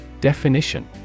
DEFINITION